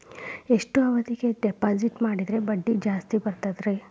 ಎಷ್ಟು ಅವಧಿಗೆ ಡಿಪಾಜಿಟ್ ಮಾಡಿದ್ರ ಬಡ್ಡಿ ಜಾಸ್ತಿ ಬರ್ತದ್ರಿ?